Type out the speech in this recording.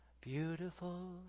Beautiful